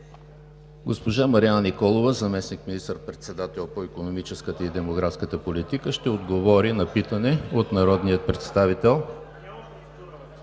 Госпожа Марияна Николова – заместник министър-председател по икономическата и демографската политика, ще отговори на питане от народните представители